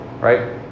right